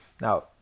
Now